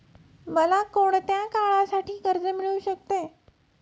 मला कोणत्या काळासाठी कर्ज मिळू शकते?